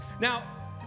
Now